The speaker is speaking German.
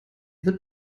wird